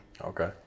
Okay